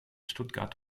stuttgart